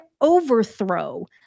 overthrow